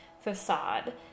facade